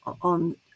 on